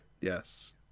Yes